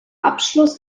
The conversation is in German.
abschluss